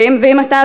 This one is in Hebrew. ואם אתה,